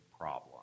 problem